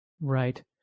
Right